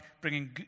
bringing